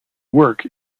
work